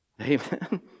Amen